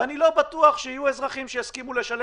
ואני לא בטוח שיהיו אזרחים שיסכימו לשלם